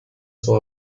saw